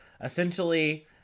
Essentially